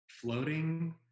floating